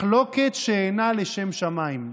מחלוקת שאינה לשם שמיים.